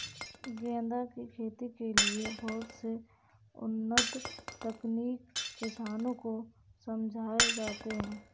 गेंदा की खेती के लिए बहुत से उन्नत तकनीक किसानों को समझाए जाते हैं